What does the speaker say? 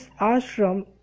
ashram